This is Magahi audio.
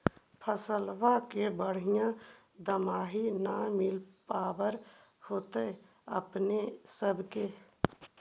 फसलबा के बढ़िया दमाहि न मिल पाबर होतो अपने सब के?